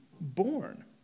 born